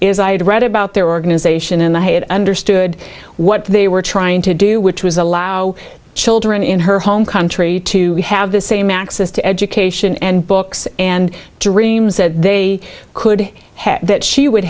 is i had read about their organization and i had understood what they were trying to do which was allow children in her home country to have the same access to education and books and dreams that they could have that she would